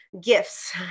gifts